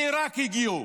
מעיראק הגיעו,